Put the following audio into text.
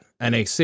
NAC